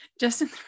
justin